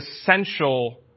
essential